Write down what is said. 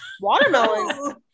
Watermelon